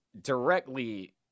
directly